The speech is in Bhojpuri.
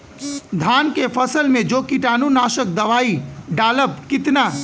धान के फसल मे जो कीटानु नाशक दवाई डालब कितना?